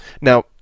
Now